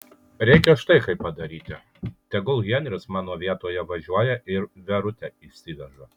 reikia štai kaip padaryti tegul henris mano vietoje važiuoja ir verutę išsiveža